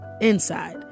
inside